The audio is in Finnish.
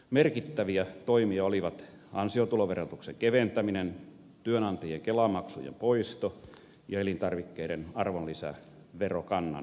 merkittäviä toimia olivat ansiotuloverotuksen keventäminen työnantajien kelamaksujen poisto ja elintarvikkeiden arvonlisäverokannan alentaminen